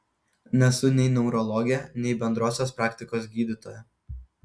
nesu nei neurologė nei bendrosios praktikos gydytoja